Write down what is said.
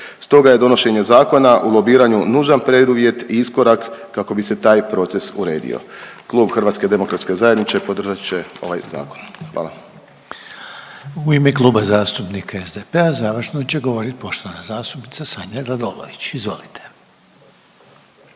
Stoga je donošenja Zakona o lobiranju nužan preduvjet i iskorak kako bi se taj proces uredio. Klub HDZ-a podržat će ovaj Zakon. Hvala. **Reiner, Željko (HDZ)** U ime Kluba zastupnika SDP-a završno će govoriti poštovana zastupnica Sanja Radolović. Izvolite.